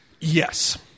yes